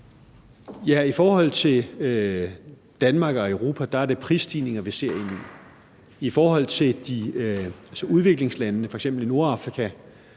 i forhold til Danmark og Europa er det prisstigninger, vi ser ind i. I forhold til udviklingslandene, f.eks. i Nordafrika,